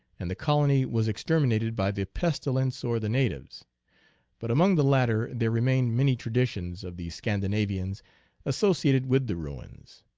and the col ony was exterminated by the pestilence or the natives but among the latter there remained many traditions of the scandinavians associated with the ruins.